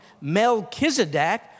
Melchizedek